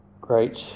Great